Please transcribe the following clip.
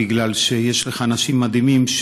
מכיוון שיש לך אנשים מדהימים,